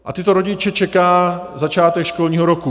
A tyto rodiče čeká začátek školního roku.